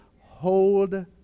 hold